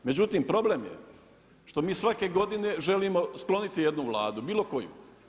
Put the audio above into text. Međutim, problem je što mi svake godine želimo skloniti jednu Vladu bilo koju.